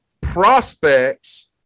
prospects